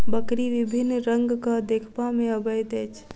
बकरी विभिन्न रंगक देखबा मे अबैत अछि